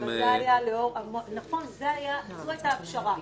זו הייתה הפשרה.